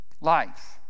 life